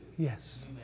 Yes